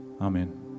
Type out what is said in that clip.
Amen